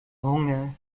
hunger